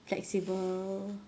flexible